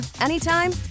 anytime